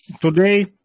today